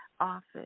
office